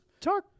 talk